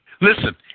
Listen